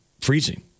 freezing